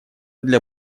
для